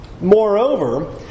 Moreover